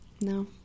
No